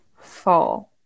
Fall